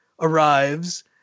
arrives